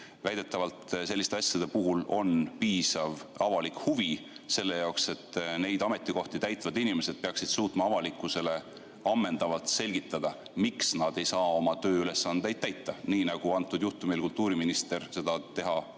Väidetavalt on selliste asjade puhul piisav avalik huvi selleks, et neid ametikohti täitvad inimesed peaksid suutma avalikkusele ammendavalt selgitada, miks nad ei saa oma tööülesandeid täita, nii nagu antud juhtumil kultuuriminister seda teha